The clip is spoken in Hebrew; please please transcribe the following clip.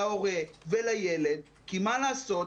להורה ולילד כי מה לעשות,